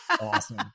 Awesome